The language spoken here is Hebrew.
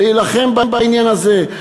להילחם בעניין הזה.